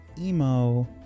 emo